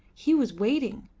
he was waiting!